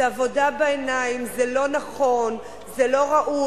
זה עבודה בעיניים, זה לא נכון, זה לא ראוי.